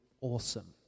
awesome